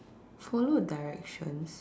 follow directions